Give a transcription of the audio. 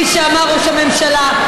כפי שאמר ראש הממשלה,